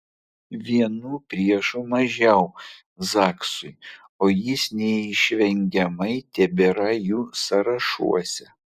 vienu priešu mažiau zaksui o jis neišvengiamai tebėra jų sąrašuose